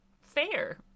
fair